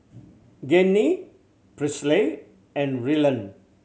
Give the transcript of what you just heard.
Gianni Presley and Ryland